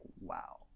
wow